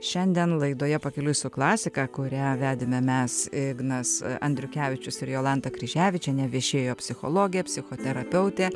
šiandien laidoje pakeliui su klasika kurią vedėme mes ignas andriukevičius ir jolanta kryževičienė viešėjo psichologė psichoterapeutė